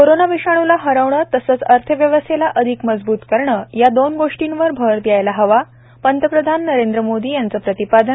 corona विषाणूला हरवणं तसंच अर्थव्यवस्थेला अधिक मजबूत करणं या दोन गोष्टींवर भर द्यायला हवा पंतप्रधान नरेंद्र मोदी यांचे प्रतिपादन